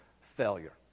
failure